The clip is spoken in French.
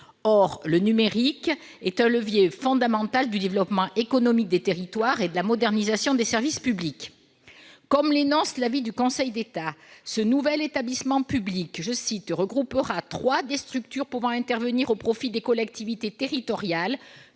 Or le numérique est un levier fondamental du développement économique des territoires et de la modernisation des services publics. Comme l'énonce le Conseil d'État dans son avis, ce nouvel établissement public « regroupera trois des structures pouvant intervenir au profit des collectivités territoriales,